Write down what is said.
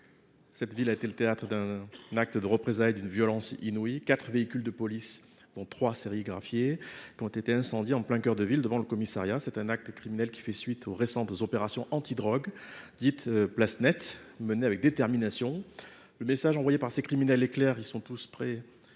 Cavaillon a été le théâtre d’un acte de représailles d’une violence inouïe : quatre véhicules de police, dont trois sérigraphiés, ont été incendiés en plein cœur de ville, devant le commissariat. Cet acte criminel fait suite aux récentes opérations antidrogue, dites « place nette », menées avec détermination. Le message envoyé par ces criminels est clair : ils sont prêts